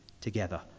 together